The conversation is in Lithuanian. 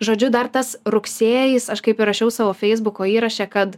žodžiu dar tas rugsėjis aš kaip ir rašiau savo feisbuko įraše kad